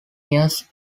years